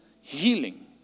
healing